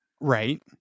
Right